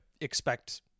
expect